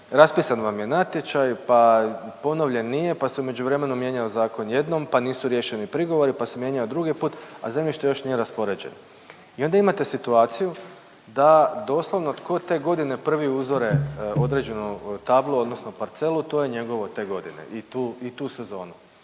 raspisan vam je natječaj pa ponovljen nije pa se u međuvremenu mijenjao zakon jednom, pa nisu riješeni prigovori pa se mijenjao drugi put, a zemljište još nije raspoređeno. I onda imate situaciju da doslovno tko te godine prvi uzore određenu tablu odnosno parcelu to je njegovo te godine i tu i tu sezonu.